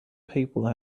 people